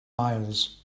miles